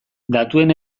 datuen